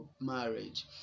marriage